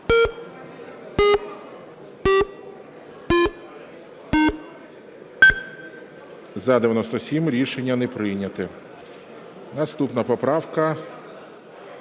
За-97 Рішення не прийнято. Наступна поправка